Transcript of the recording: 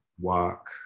work